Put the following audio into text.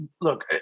look